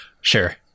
Sure